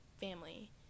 family